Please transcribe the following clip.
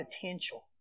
potential